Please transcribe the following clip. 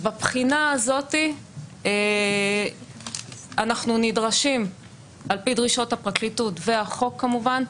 בבחינה הזאת אנחנו נדרשים על פי דרישות הפרקליטות והחוק כמובן,